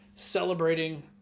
celebrating